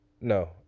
no